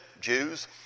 Jews